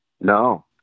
No